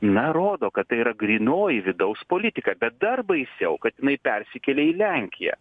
na rodo kad tai yra grynoji vidaus politika bet dar baisiau kad jinai persikėlė į lenkiją